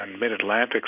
mid-Atlantic